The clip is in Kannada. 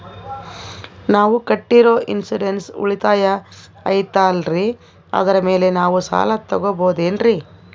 ನಾವು ಕಟ್ಟಿರೋ ಇನ್ಸೂರೆನ್ಸ್ ಉಳಿತಾಯ ಐತಾಲ್ರಿ ಅದರ ಮೇಲೆ ನಾವು ಸಾಲ ತಗೋಬಹುದೇನ್ರಿ?